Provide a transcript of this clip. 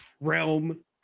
realm